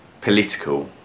political